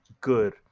good